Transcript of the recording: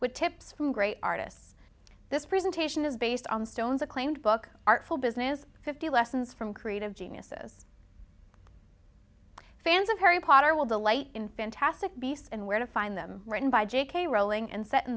with tips from great artists this presentation is based on the stones acclaimed book artful business fifty lessons from creative geniuses fans of harry potter will delight in fantastic beasts and where to find them written by j k rowling and set in